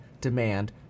demand